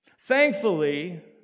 Thankfully